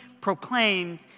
proclaimed